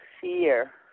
fear